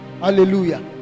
hallelujah